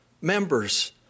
members